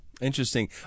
Interesting